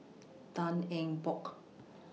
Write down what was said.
Tan Eng Bock